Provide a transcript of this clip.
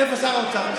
איפה שר האוצר?